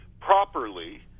properly